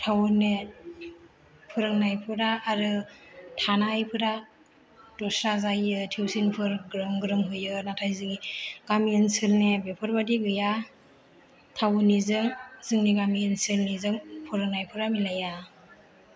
थाउननि फोरोंनायफोरा आरो थानायफोरा दस्रा जायो थिउसिनफोर ग्रोम ग्रोम होयो नाथाय जोंनि गामि ओनसोलनि बिफोरबादि गैया थाउननि जों जोंनि गामि ओनसोलनिजों फोरोंनायफ्रा मिलाया